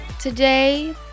Today